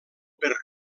per